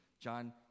John